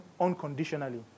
unconditionally